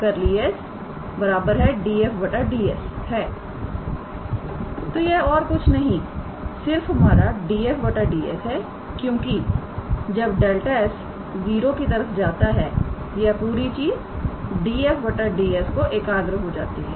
तो यह और कुछ नहीं सिर्फ हमारा 𝑑𝑓𝑑𝑠 है क्योंकि जब 𝛿𝑠 → 0 यह पूरी चीज 𝑑𝑓𝑑𝑠 को एकाग्र हो जाती है